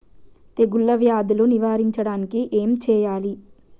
తెగుళ్ళ వ్యాధులు నివారించడానికి ఏం చేయాలి?